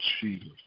Jesus